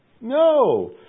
No